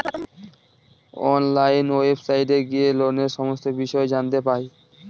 online ওয়েবসাইটে গিয়ে লোনের সমস্ত বিষয় জানতে পাই